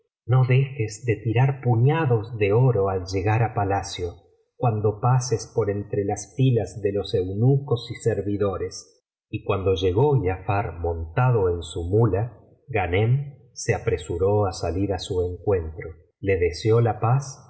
de tirar puñados de oro al llegar á palacio cuando pases por entre las filas ele los eunucos y servidores y cuando llegó giafar montado en su muía ghanem se apresuró á salir á su encuentro le deseó la paz